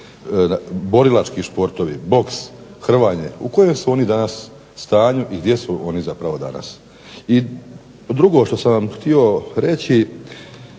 borilački sport, hrvanje, u kojem su oni danas stanju i gdje su oni danas. Drugo što sam vam htio reći,